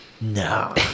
No